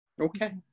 Okay